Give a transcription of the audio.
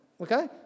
Okay